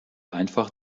einfach